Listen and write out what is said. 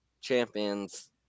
champions